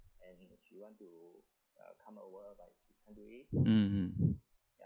mm mm